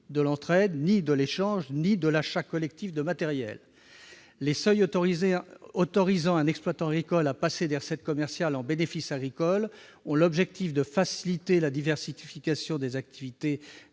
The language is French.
de l'entraide, ni de l'échange, ni de l'achat collectif de matériels agricoles. Les seuils autorisant un exploitant agricole à passer des recettes commerciales en bénéfices agricoles sont censés faciliter la diversification des activités